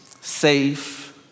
safe